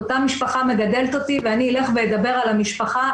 'אותה משפחה מגדלת אותי ואני אלך ואדבר על המשפחה',